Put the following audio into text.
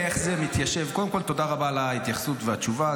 קודם כול, תודה רבה על ההתייחסות והתשובה.